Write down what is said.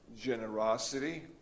generosity